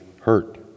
hurt